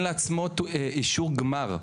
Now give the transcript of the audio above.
מורשה להיתר היום נותן לעצמו אישור גמר,